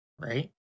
right